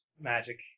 magic